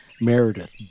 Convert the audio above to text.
Meredith